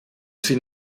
sie